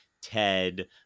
Ted